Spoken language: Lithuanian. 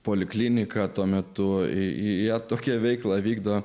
polikliniką tuo metu į tokią veiklą vykdo